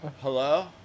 hello